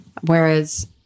Whereas